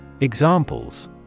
Examples